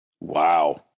Wow